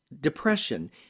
depression